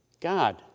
God